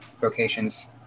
vocations